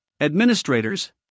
administrators